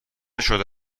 شده